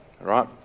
right